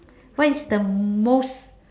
what is the most